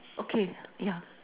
okay yeah